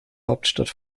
hauptstadt